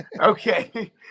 Okay